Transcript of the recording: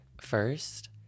First